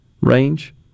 range